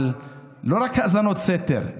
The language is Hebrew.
לא רק האזנות סתר,